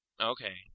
Okay